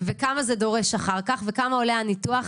כמה זה דורש אחר כך וכמה עולה הניתוח.